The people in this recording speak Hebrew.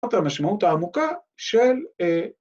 ‫זאת המשמעות העמוקה של... אה...